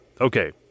okay